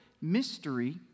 mystery